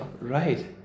right